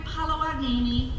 Palawanini